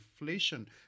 inflation